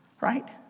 right